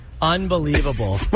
Unbelievable